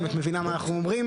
אם אתם מבינה מה אנחנו אומרים,